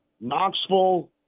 Knoxville